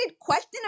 question